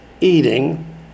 eating